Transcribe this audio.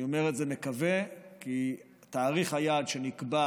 אני אומר שאני מקווה כי תאריך היעד שנקבע